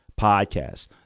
podcast